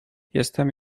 jestem